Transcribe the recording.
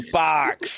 box